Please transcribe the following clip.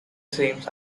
seems